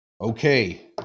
Okay